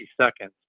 seconds